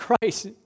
Christ